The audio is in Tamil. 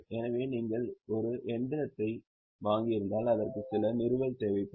எனவே நீங்கள் ஒரு இயந்திரத்தை வாங்கியிருந்தால் அதற்கு சில நிறுவல் தேவைப்படும்